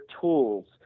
tools